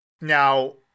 Now